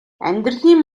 амьдралын